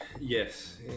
Yes